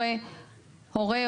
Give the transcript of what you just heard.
הורה,